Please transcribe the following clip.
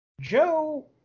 Joe